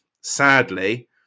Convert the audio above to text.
sadly